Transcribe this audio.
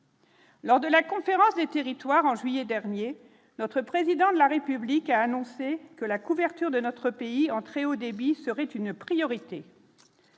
Lors de la conférence des territoires en juillet dernier, notre président de la République a annoncé que la couverture de notre pays en très haut débit serait une priorité.